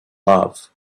love